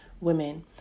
women